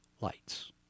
lights